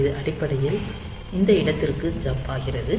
இது அடிப்படையில் இந்த இடத்திற்கு ஜம்ப் ஆகிறது